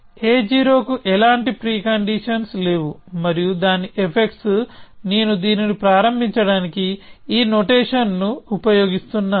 A0 కు ఎలాంటి preconditions లేవు మరియు దాని ఎఫెక్ట్స్ నేను దీనిని ప్రారంభించడానికి ఈ నోటేషన్ ను ఉపయోగిస్తున్నాను